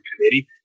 committee